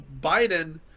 biden